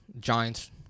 Giants